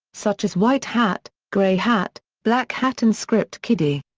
such as white hat, grey hat, black hat and script kiddie.